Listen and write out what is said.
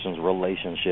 relationship